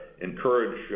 encourage